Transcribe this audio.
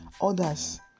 Others